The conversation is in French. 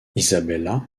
isabella